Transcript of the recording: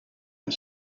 and